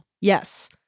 yes